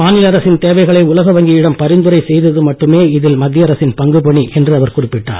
மாநில அரசின் தேவைகளை உலக வங்கியிடம் பரிந்துரை செய்தது மட்டுமே இதில் மத்திய அரசின் பங்குபணி என்றும் அவர் குறிப்பிட்டார்